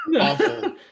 awful